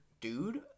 dude